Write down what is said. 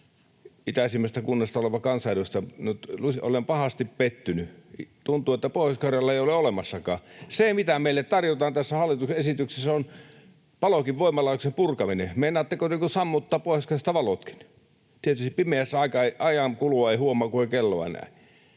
Itäisimmästä kunnasta olevan kansanedustajan nyt luulisi olevan pahasti pettynyt, kun tuntuu, että Pohjois-Karjalaa ei ole olemassakaan. Se, mitä meille tarjotaan tässä hallituksen esityksessä, on Palokin voimalaitoksen purkaminen. Meinaatteko niin kuin sammuttaa Pohjois-Karjalasta valotkin? Tietysti pimeässä ajankulua ei huomaa, kun ei kelloa näe.